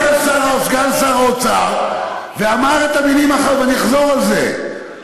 סגן שר האוצר אמר את המילים, ואני אחזור על זה: